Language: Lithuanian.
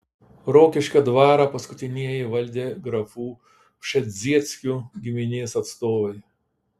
rokiškio dvarą paskutinieji valdė grafų pšezdzieckių giminės atstovai